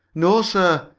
no, sir.